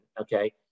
okay